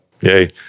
yay